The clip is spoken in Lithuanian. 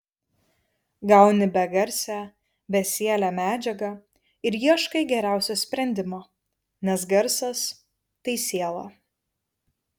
gauni begarsę besielę medžiagą ir ieškai geriausio sprendimo nes garsas tai siela